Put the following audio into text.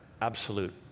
absolute